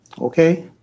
Okay